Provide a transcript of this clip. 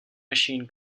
machine